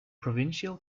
provincial